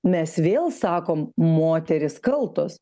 mes vėl sakom moterys kaltos